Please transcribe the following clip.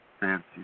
Fancy